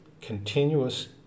Continuous